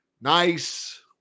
Nice